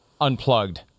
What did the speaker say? unplugged